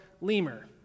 lemur